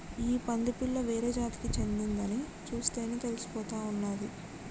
ఈ పంది పిల్ల వేరే జాతికి చెందిందని చూస్తేనే తెలిసిపోతా ఉన్నాది